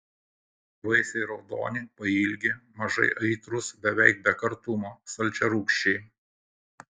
vaisiai raudoni pailgi mažai aitrūs beveik be kartumo saldžiarūgščiai